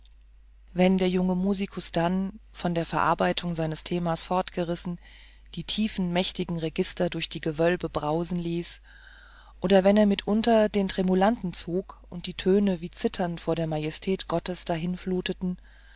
wenn der junge musikus dann von der verarbeitung seines themas fortgerissen die tiefen mächtigen register durch die gewölbe brausen ließ oder wenn er mitunter den tremulanten zog und die töne wie zitternd vor der majestät gottes